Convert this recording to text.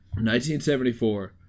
1974